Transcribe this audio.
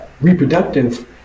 reproductive